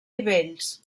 nivells